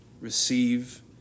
receive